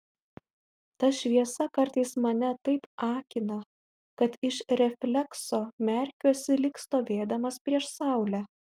ta šviesa kartais mane taip akina kad iš reflekso merkiuosi lyg stovėdamas prieš saulę